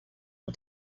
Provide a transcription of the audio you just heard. all